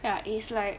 ya is like